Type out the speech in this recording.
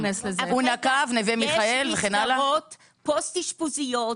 תודה רבה.